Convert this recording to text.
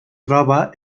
troba